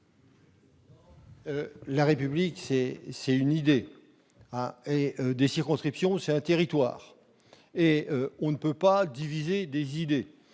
La République, c'est une idée. Les circonscriptions, ce sont des territoires. On ne peut pas diviser des idées